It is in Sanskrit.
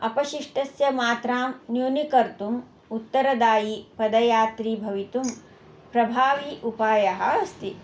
अपशिष्टस्य मात्रां न्यूनीकर्तुम् उत्तरदायी पदयात्री भवितुं प्रभावी उपायः अस्ति